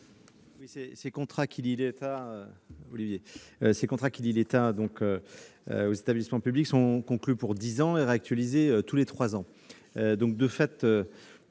Ces contrats qui lient l'État aux établissements publics cités sont conclus pour dix ans et réactualisés tous les trois ans. De fait,